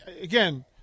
again